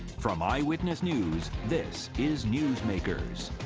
from eyewitness news, this is newsmakers.